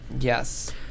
Yes